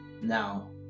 Now